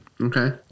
Okay